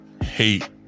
hate